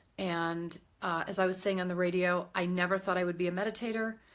and as i was saying on the radio, i never thought i would be meditator,